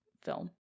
film